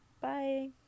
Bye